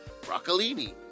broccolini